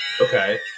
Okay